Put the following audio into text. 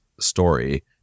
story